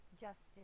justice